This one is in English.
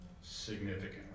significantly